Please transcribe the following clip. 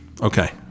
okay